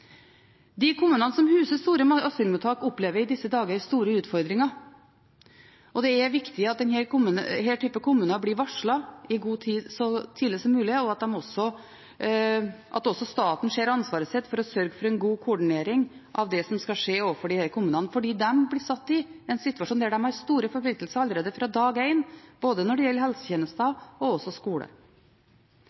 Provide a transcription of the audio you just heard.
De kommunene som huser store asylmottak, opplever i disse dager store utfordringer. Det er viktig at disse kommunene blir varslet i god tid, så tidlig som mulig, og at staten ser ansvaret sitt for å sørge for en god koordinering av det som skal skje, overfor disse kommunene. De blir satt i en situasjon der de har store forpliktelser allerede fra dag én, når det gjelder både helsetjenester og skole.